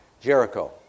Jericho